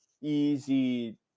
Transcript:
easy